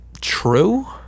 True